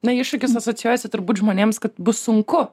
na iššūkis asocijuojasi turbūt žmonėms kad bus sunku